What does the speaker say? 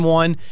one